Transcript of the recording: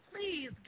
please